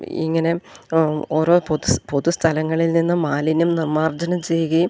ഇങ്ങനെ ഓരോ പൊതു പൊതു സ്ഥലങ്ങളിൽ നിന്ന് മാലിന്യം നിർമ്മാർജ്ജനം ചെയ്യുകയും